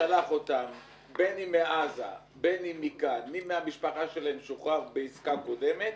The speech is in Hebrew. מי מהמשפחה שלהם שוחרר בעסקה קודמת